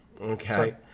Okay